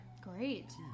Great